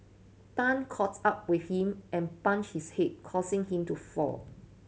Tan caughts up with him and punched his head causing him to fall